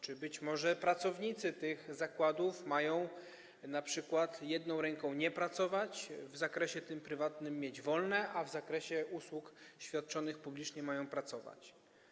Czy być może pracownicy tych zakładów mają np. jedną ręką nie pracować, w tym zakresie prywatnym mieć wolne, a w zakresie usług świadczonych publicznie mają pracować?